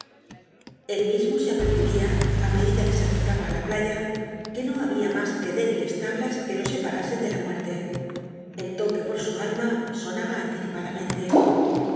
él mismo se apercibía í medida que e acccaba tí la playa que no babia mas ijlle débiles tablas cjuc lo separasen de la muerte el loquc por su alma sonaba anticipadamente